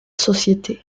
société